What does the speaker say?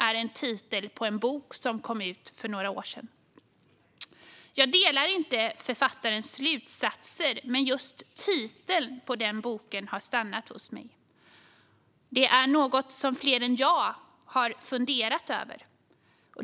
är titeln på en bok som kom ut för några år sedan. Jag delar inte författarens slutsatser, men just titeln har stannat hos mig. Det är något som fler än jag har funderat över.